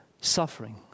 suffering